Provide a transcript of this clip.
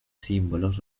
símbolos